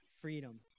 freedom